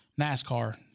NASCAR